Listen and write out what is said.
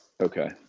Okay